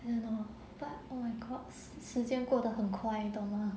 I don't know but oh my god 时间过得很快你懂吗